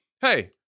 Hey